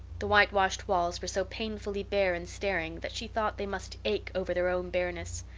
the whitewashed walls were so painfully bare and staring that she thought they must ache over their own bareness.